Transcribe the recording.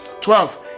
Twelve